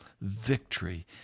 victory